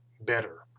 better